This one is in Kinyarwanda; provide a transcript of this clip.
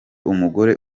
umugore